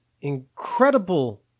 incredible